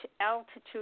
altitude